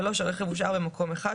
(3)הרכב הושאר במקום אחד,